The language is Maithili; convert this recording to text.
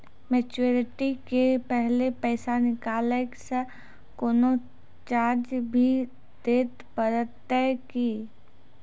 मैच्योरिटी के पहले पैसा निकालै से कोनो चार्ज भी देत परतै की?